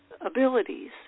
abilities